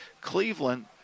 Cleveland